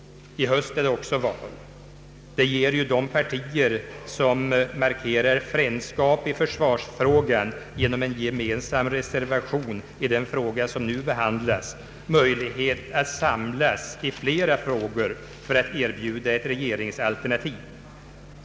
I höst är det också val. Det ger de partier som markerar frändskap i försvarsfrågan genom en gemensam reservation i den fråga som nu behandlas möjlighet att samlas i flera frågor för att erbjuda ett regeringsalternativ.